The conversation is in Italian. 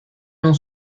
non